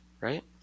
right